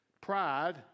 Pride